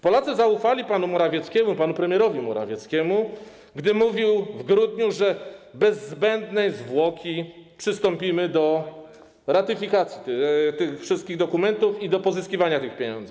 Polacy zaufali panu Morawieckiemu, panu premierowi Morawieckiemu, gdy mówił w grudniu: bez zbędnej zwłoki przystąpimy do ratyfikacji tych wszystkich dokumentów i do pozyskiwania tych pieniędzy.